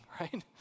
right